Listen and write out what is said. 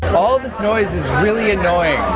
all this noise is really annoying,